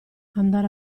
andare